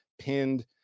pinned